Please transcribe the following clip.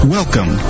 Welcome